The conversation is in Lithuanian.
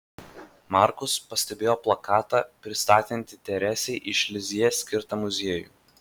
markus pastebėjo plakatą pristatantį teresei iš lizjė skirtą muziejų